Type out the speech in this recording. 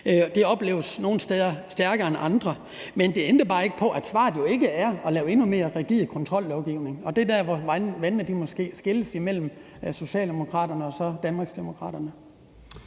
Det opleves nogle steder stærkere end andre, men det ændrer bare ikke på, at svaret jo ikke er at lave endnu mere rigid kontrollovgivning. Det er dér, hvor vandene måske skilles mellem Socialdemokraterne og Danmarksdemokraterne.